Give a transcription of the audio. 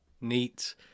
Neat